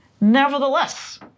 nevertheless